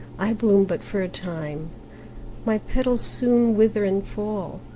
i bloom but for a time my petals soon wither and fall,